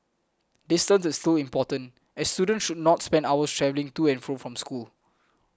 distance is still important as students should not spend hours travelling to and from school